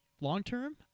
long-term